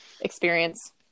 experience